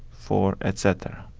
four, etc.